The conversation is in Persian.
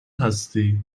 هستی